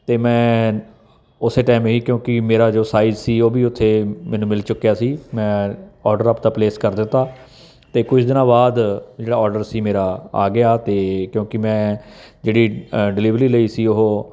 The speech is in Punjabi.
ਅਤੇ ਮੈਂ ਉਸ ਟਾਈਮ ਹੀ ਕਿਉਂਕਿ ਮੇਰਾ ਜੋ ਸਾਈਜ਼ ਸੀ ਉਹ ਵੀ ਉੱਥੇ ਮੈਨੂੰ ਮਿਲ ਚੁੱਕਿਆ ਸੀ ਮੈਂ ਆਰਡਰ ਆਪਣਾ ਪਲੇਸ ਕਰ ਦਿੱਤਾ ਅਤੇ ਕੁਛ ਦਿਨਾਂ ਬਾਅਦ ਜਿਹੜਾ ਆਰਡਰ ਸੀ ਮੇਰਾ ਆ ਗਿਆ ਅਤੇ ਕਿਉਂਕਿ ਮੈਂ ਜਿਹੜੀ ਡਿਲੀਵਰੀ ਲਈ ਸੀ ਉਹ